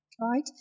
Right